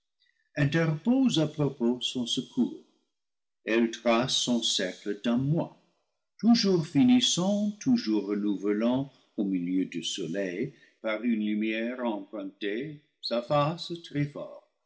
interpose à propos son secours elle trace livre iii son cercle d'un mois toujours finissant toujours renouvelant au milieu du soleil par une lumière empruntée sa face tri forme